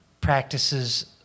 Practices